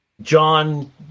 John